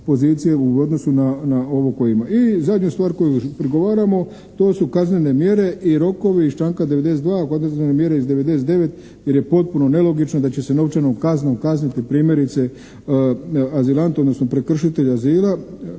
u odnosu na ovo koje ima. I zadnju stvar koju prigovaramo to su kaznene mjere i rokovi iz članka 92., … /Govornik se ne razumije./ mjere iz 99., jer je potpuno nelogično da će se novčanom kaznom kazniti primjerice azilant, odnosno prekršitelj azila,